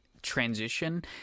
transition